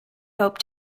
hope